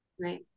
right